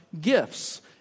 gifts